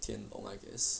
天龙 I guess